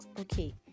okay